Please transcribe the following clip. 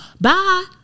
bye